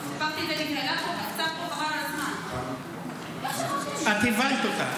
קפצה פה, חבל על הזמן --- את הבהלת אותה.